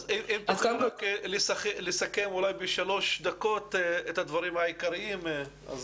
אם תוכלי לסכם אולי בשלוש דקות את הדברים העיקריים.